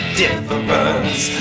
difference